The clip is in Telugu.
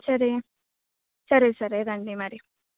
సరే సరే సరే రండి మరి